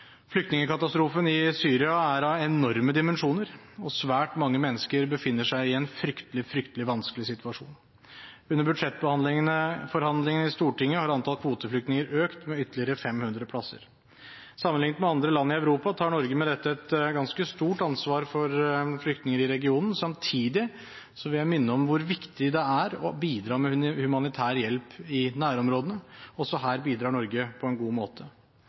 Flyktningekatastrofen i Syria er av enorme dimensjoner, og svært mange mennesker befinner seg i en fryktelig vanskelig situasjon. Under budsjettforhandlingene i Stortinget har antall kvoteflyktninger økt med ytterligere 500 plasser. Sammenliknet med andre land i Europa tar Norge med dette et ganske stort ansvar for flyktninger i regionen. Samtidig vil jeg minne om hvor viktig det er å bidra med humanitær hjelp i nærområdene. Også her bidrar Norge på en god måte.